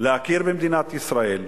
להכיר במדינת ישראל,